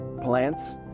plants